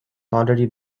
already